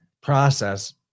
process